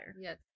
Yes